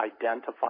identify